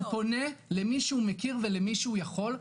הוא פונה למי שהוא מכיר ולמי שהוא יכול,